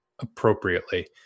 appropriately